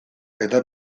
eta